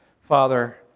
Father